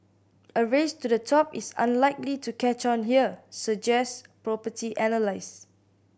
a race to the top is unlikely to catch on here suggest property analyst